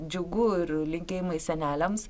džiugu ir linkėjimai seneliams